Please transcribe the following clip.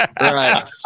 right